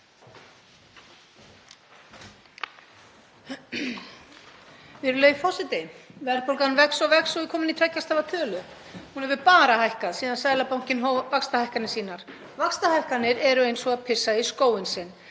Virðulegi forseti. Verðbólgan vex og vex og er komin í tveggja stafa tölu. Hún hefur bara hækkað síðan Seðlabankinn hóf vaxtahækkanir sínar. Vaxtahækkanir eru eins og að pissa í skóinn sinn.